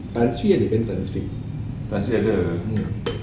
tan sri ada tan sri mm